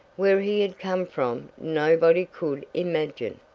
where he had come from, nobody could imagine.